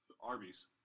Arby's